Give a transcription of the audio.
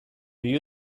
you